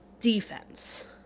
defense